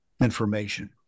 information